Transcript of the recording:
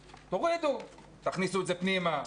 תורידו, תכניסו את זה פנימה,